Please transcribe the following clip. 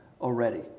already